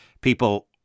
people